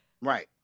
right